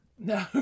No